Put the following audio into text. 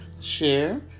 share